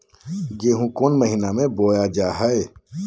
गेहूँ कौन महीना में बोया जा हाय?